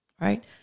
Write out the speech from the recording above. Right